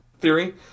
theory